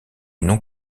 non